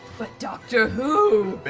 but doctor who?